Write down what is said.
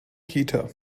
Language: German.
kita